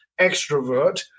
extrovert